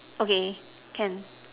okay can